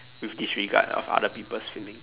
with disregard of other people's feeling